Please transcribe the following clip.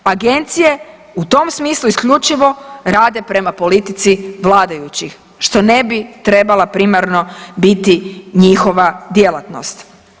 Agencije u tom smislu isključivo rade prema politici vladajućih, što ne bi trebala primarno biti njihova djelatnost.